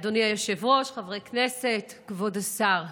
אדוני היושב-ראש, חברי הכנסת, כבוד השר,